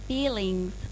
Feelings